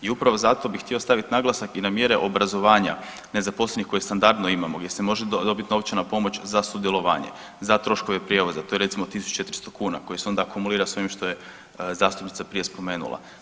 I upravo zato bih htio staviti naglasak i na mjere obrazovanja nezaposlenih koje standardno imamo gdje se može dobiti novčana pomoć za sudjelovanje, za troškove prijevoza to je recimo 1.400 kuna koje se onda akumulira sa ovim što je zastupnica prije spomenula.